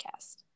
podcast